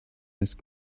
ice